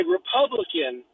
Republican